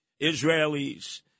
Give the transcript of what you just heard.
Israelis